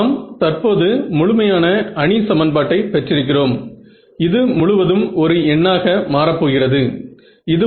நான் உங்களுக்கு சில சிமுலேஷன் முடிவுகளை காண்பிக்க போகிறேன்